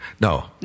No